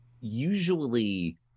Usually